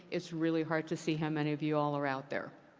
it's really hard to see how many of you all are out there.